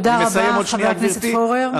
תודה רבה, חבר הכנסת פורר.